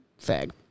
Fag